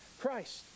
Christ